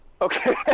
Okay